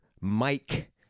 Mike